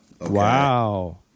Wow